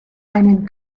einen